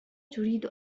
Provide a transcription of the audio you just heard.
تريد